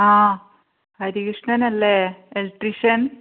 ആ ഹരികൃഷ്ണനല്ലേ ഇലക്ട്രീഷൻ